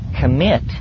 commit